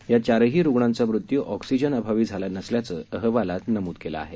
या चारही रुग्णांचा मृत्य् ऑक्सीजनअभावी झाला नसल्याचं अहवालात नमूद केलं आहे